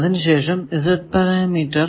അതിനു ശേഷം Z parameter